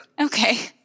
okay